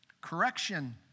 correction